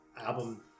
album